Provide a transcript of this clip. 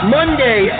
Monday